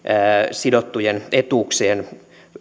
sidottujen etuuksien